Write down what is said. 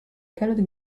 calotte